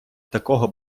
такого